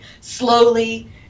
slowly